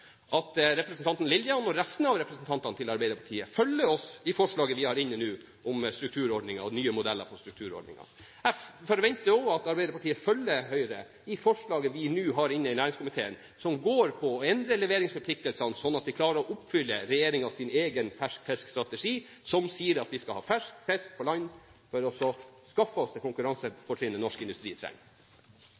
at representanten Lillian og resten av representantene til Arbeiderpartiet følger oss i det forslaget vi har nå om strukturordningen og nye modeller for strukturordningen. Jeg forventer også at Arbeiderpartiet nå støtter Høyres forslag i næringskomiteen som går på å endre leveringsforpliktelsene, slik at vi klarer å oppfylle regjeringens egen ferskfiskstrategi som sier at vi skal ha fersk fisk på land for å skaffe oss det konkurransefortrinnet som norsk industri trenger.